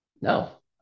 no